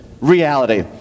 reality